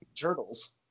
turtles